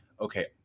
okay